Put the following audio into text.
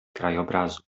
krajobrazu